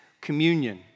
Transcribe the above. communion